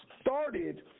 started